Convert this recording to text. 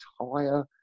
entire